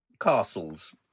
Castles